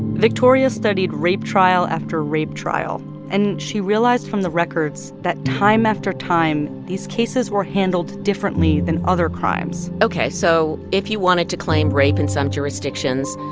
victoria studied rape trial after rape trial and she realized from the records that, time after time, these cases were handled differently than other crimes ok, so if you wanted to claim rape in some jurisdictions,